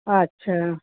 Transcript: अछा